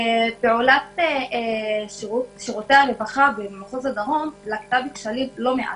פעולת שירותי הרווחה במחוז הדרום לקתה בכשלים לא מעטים.